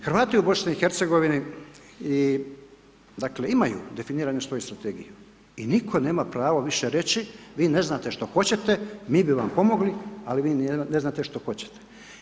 Hrvati u BIH, i dakle, imaju definiraju svoju strategiju i nitko nema pravo više reći, vi ne znate što hoćete, mi bi vam pomogli ali vi ne znat što hoćete.